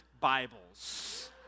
Bibles